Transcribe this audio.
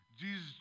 Jesus